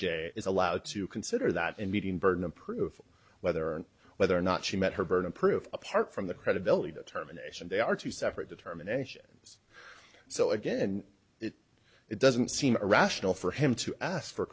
j is allowed to consider that in meeting burden of proof whether or whether or not she met her burning proof apart from the credibility determination they are two separate determinations so again it it doesn't seem irrational for him to ask for